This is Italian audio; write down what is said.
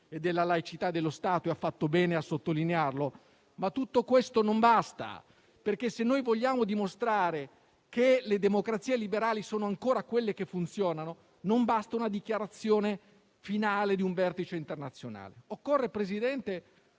e della laicità dello Stato (e ha fatto bene a sottolinearlo). Ma tutto questo non basta. Infatti, se noi vogliamo dimostrare che le democrazie liberali sono ancora quelle che funzionano, non basta una dichiarazione finale di un vertice internazionale. Occorre, presidente